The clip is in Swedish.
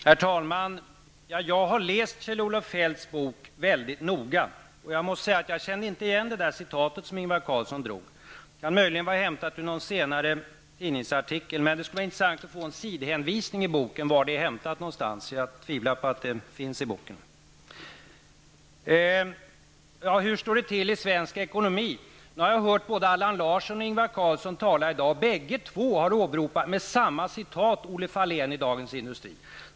Herr talman! Jag har läst Kjell-Olof Feldts bok väldigt noga. Jag kände inte igen det citat som Ingvar Carlsson drog. Det kan möjligen vara hämtat ur någon senare tidningsartikel, men det skulle vara intressant att få en sidhänvisning till var i boken det är hämtat. Jag tvivlar på att det finns där. Hur står det till i svensk ekonomi? Nu har jag hört både Allan Larsson och Ingvar Carlsson tala i dag. Bägge har använt samma citat av Olle Fahlén i Dagens Industri.